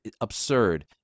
Absurd